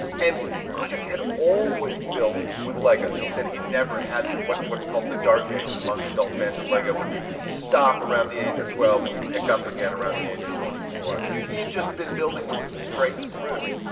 and gugick had always built with legos. he said he'd never had what's what's called the dark ages among adult fans of lego when you stop around the age of twelve and you pick up again at the age of twenty four. he had just been building with them straight through.